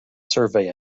survey